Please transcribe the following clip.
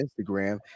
Instagram